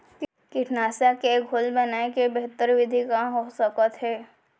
कीटनाशक के घोल बनाए के बेहतर विधि का हो सकत हे?